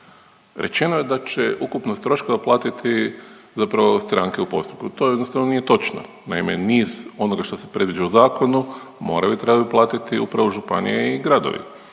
Rečeno je da će ukupnost troškova platiti zapravo stranke u postupku. To jednostavno nije točno. Naime niz onoga što se predviđa u zakonu, moraju i trebaju platiti upravo županije i gradovi